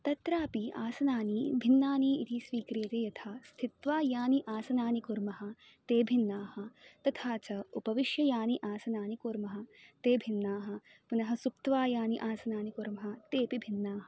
तत्रापि आसनानि भिन्नानि इति स्वीक्रियते यथा स्थित्वा यानि आसनानि कुर्मः ते भिन्नाः तथा च उपविश्य यानि आसनानि कुर्मः ते भिन्नाः पुनः सुप्त्वा यानि आसनानि कुर्मः ते अपि भिन्नाः